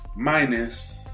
minus